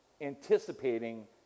Anticipating